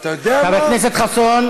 אתה יודע מה, חבר הכנסת חסון,